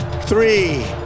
three